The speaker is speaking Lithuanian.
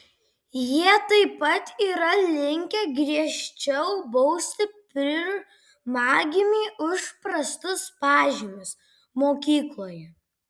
jie taip pat yra linkę griežčiau bausti pirmagimį už prastus pažymius mokykloje